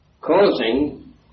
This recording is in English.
causing